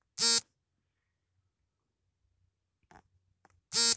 ಸಾಲವನ್ನು ಪಡೆಯಲು ವಯಸ್ಸಿನ ಅರ್ಹತೆ ಇದೆಯಾ?